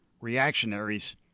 reactionaries